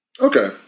Okay